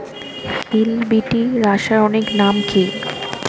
Hill বিটি রাসায়নিক নাম কি?